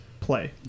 play